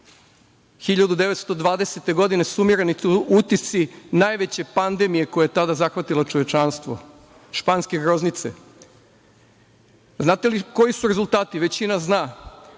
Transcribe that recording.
1920. godine sumirani utisci najveće pandemije koja je tada zahvatila čovečanstvo, Španske groznice. Znate li koji su rezultati, većina zna?